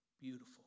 beautiful